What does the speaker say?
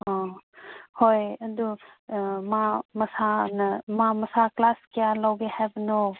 ꯑꯥ ꯍꯣꯏ ꯑꯗꯨ ꯃꯥ ꯃꯁꯥꯅ ꯃꯥ ꯃꯁꯥ ꯀ꯭ꯂꯥꯁ ꯀꯌꯥ ꯂꯧꯒꯦ ꯍꯥꯏꯕꯅꯣ